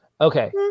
Okay